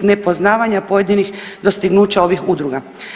nepoznavanja pojedinih dostignuća ovih udruga.